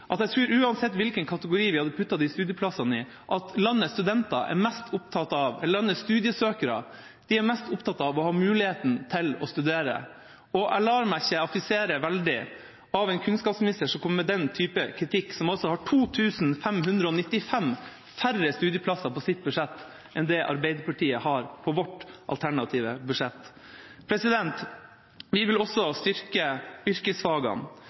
at uansett hvilken kategori vi hadde puttet de studieplassene i, er landets studiesøkere mest opptatt av å ha muligheten til å studere. Jeg lar meg ikke affisere veldig av en kunnskapsminister som kommer med den typen kritikk, som har 2 595 færre studieplasser på sitt budsjett enn det Arbeiderpartiet har i sitt alternative budsjett. Vi vil også styrke yrkesfagene.